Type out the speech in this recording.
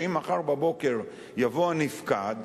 שאם מחר בבוקר יבוא הנפקד,